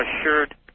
Assured